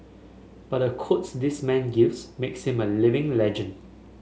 but the quotes this man gives makes him a living legend